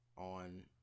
on